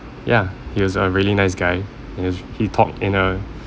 ya he was a really nice guy yes he talked in a